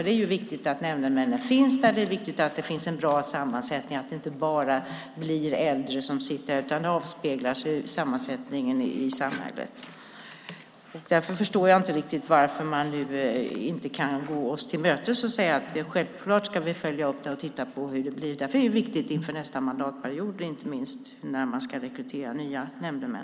Det är viktigt att nämndemännen finns där, och det är viktigt att det finns en bra sammansättning så att det inte bara blir äldre som sitter, utan att samhället avspeglas i sammansättningen. Därför förstår jag inte riktigt varför man nu inte kan gå oss till mötes och säga att man självklart ska följa upp det och titta på hur det blir. Det är ju viktigt inför nästa mandatperiod inte minst då man ska rekrytera nya nämndemän.